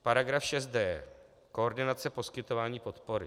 Paragraf 6d koordinace poskytování podpory.